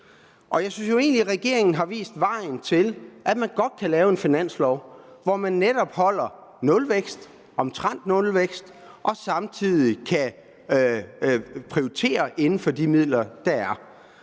egentlig, regeringen har vist vejen til, at man godt kan lave en finanslov, hvor man netop holder nulvækst, omtrent nulvækst, og samtidig kan prioritere inden for de midler, der er.